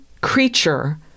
creature